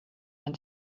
man